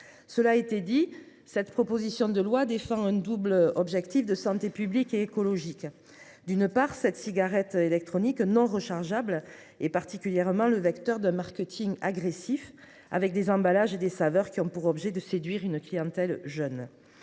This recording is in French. Cela a été dit, cette proposition de loi vise un double objectif, de santé publique et écologique. D’une part, la cigarette électronique non rechargeable est le vecteur d’un marketing agressif, avec des emballages et des saveurs qui ont pour objectif de séduire une clientèle jeune.